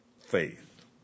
faith